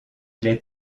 les